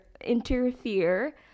interfere